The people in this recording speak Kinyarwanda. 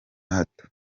hato